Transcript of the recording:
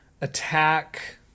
attack